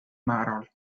määral